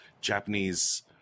japanese